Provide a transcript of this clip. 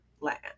land